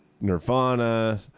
Nirvana